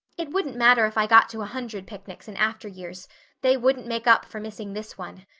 it wouldn't matter if i got to a hundred picnics in after years they wouldn't make up for missing this one.